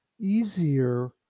easier